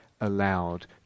allowed